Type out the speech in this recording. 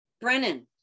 Brennan